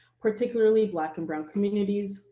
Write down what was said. particularly black and brown communities,